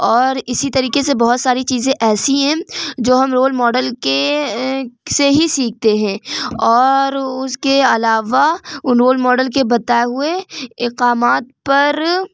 اور اسی طریقے سے بہت ساری چیزیں ایسی ہیں جو ہم رول ماڈل کے سے ہی سیکھتے ہیں اور اس کے علاوہ رول ماڈل کے بتائے ہوئے احکامات پر